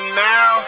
now